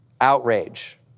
outrage